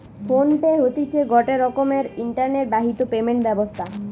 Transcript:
phone pay হতিছে গটে রকমের ইন্টারনেট বাহিত পেমেন্ট ব্যবস্থা